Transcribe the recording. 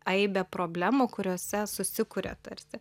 aibe problemų kuriose susikuria tarsi